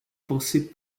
pensées